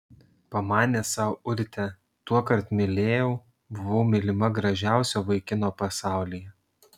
pamanė sau urtė tuokart mylėjau buvau mylima gražiausio vaikino pasaulyje